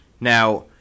Now